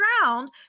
ground